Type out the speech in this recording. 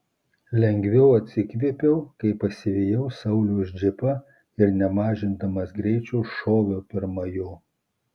lengviau atsikvėpiau kai pasivijau sauliaus džipą ir nemažindamas greičio šoviau pirma jo